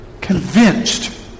convinced